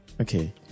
okay